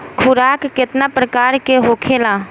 खुराक केतना प्रकार के होखेला?